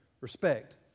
Respect